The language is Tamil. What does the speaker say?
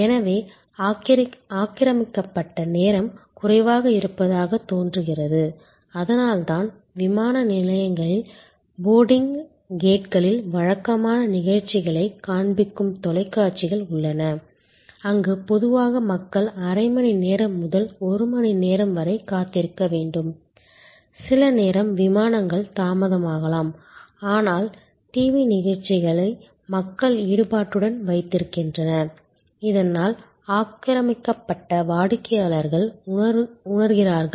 எனவே ஆக்கிரமிக்கப்பட்ட நேரம் குறைவாக இருப்பதாகத் தோன்றுகிறது அதனால்தான் விமான நிலையங்களின் போர்டிங் கேட்களில் வழக்கமான நிகழ்ச்சிகளைக் காண்பிக்கும் தொலைக்காட்சிகள் உள்ளன அங்கு பொதுவாக மக்கள் அரை மணி நேரம் முதல் ஒரு மணி நேரம் வரை காத்திருக்க வேண்டும் சில நேரம் விமானங்கள் தாமதமாகலாம் ஆனால் டிவி நிகழ்ச்சிகள் மக்களை ஈடுபாட்டுடன் வைத்திருக்கின்றன இதனால் ஆக்கிரமிக்கப்பட்ட வாடிக்கையாளர்கள் உணர்கிறார்கள்